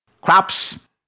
Crops